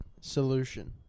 solution